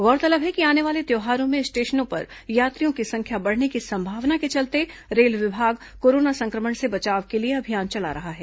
गौरतलब है कि आने वाले त्यौहारों में स्टेशनों पर यात्रियों की संख्या बढ़ने की संभावना के चलते रेल विभाग कोरोना संक्रमण से बचाव के लिए अभियान चला रहा है